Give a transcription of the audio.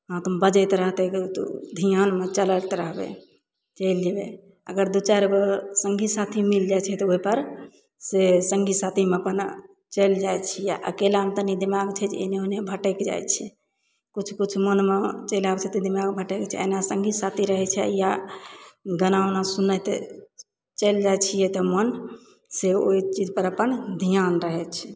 बजैत रहतय तऽ ध्यानमे चलैत रहबय चलि जेबय अगर दू चारि गो सङ्गी साथी मिल जाय छै तऽ ओइपर सँ सङ्गी साथीमे अपन चलि जाय छियै अकेलामे तनी दिमाग छै जे एने ओने भटकि जाइ छै किछु किछु मनमे चलि आबय छै तऽ दिमाग भटकि जाय सङ्गी साथी रहय छै या गाना उना सुनैत चलि जाय छियै तऽ मनसँ ओइ चीजपर अपन ध्यान रहय छै